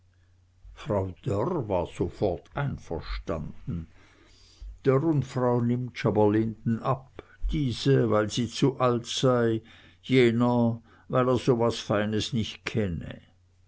frau dörr war sofort einverstanden dörr und frau nimptsch aber lehnten ab diese weil sie zu alt sei jener weil er so was feines nicht kenne